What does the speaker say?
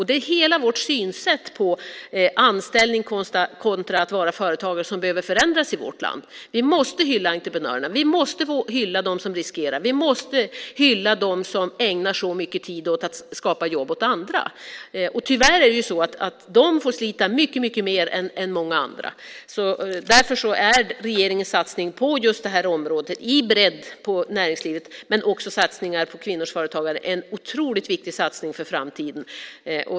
Det är hela vårt synsätt när det gäller anställning kontra att vara företagare som behöver förändras i vårt land. Vi måste hylla entreprenörerna. Vi måste hylla dem som riskerar. Vi måste hylla dem som ägnar så mycket tid åt att skapa jobb åt andra. Tyvärr får de slita mycket mer än många andra. Därför är regeringens satsning på just det här området, i bredd, på näringslivet men också satsningar på kvinnors företagande en otroligt viktig satsning för framtiden.